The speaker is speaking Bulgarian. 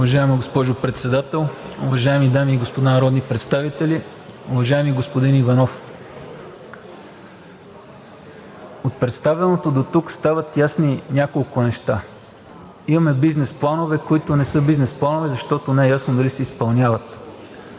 Уважаема госпожо Председател, уважаеми дами и господа народни представители! Уважаеми господин Иванов, от представеното дотук стават ясни няколко неща. Имаме бизнес планове, които не са бизнес планове, защото не е ясно дали се изпълняват.